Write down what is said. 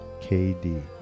kd